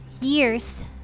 years